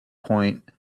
point